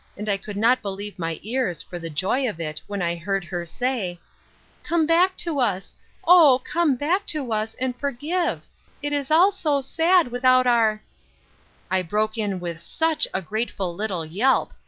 and i could not believe my ears for the joy of it when i heard her say come back to us oh, come back to us, and forgive it is all so sad without our i broke in with such a grateful little yelp,